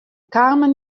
kamen